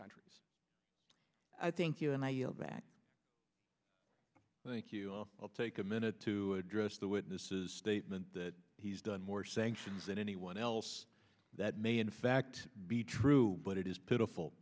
countries i think you and i back take a minute to address the witnesses statement that he's done more sanctions than anyone else that may in fact be true but it is pitiful